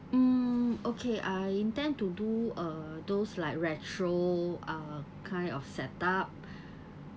mm okay I intend to do uh those like retro uh kind of setup